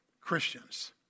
Christians